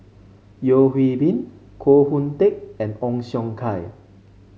Yeo Hwee Bin Koh Hoon Teck and Ong Siong Kai